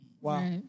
Wow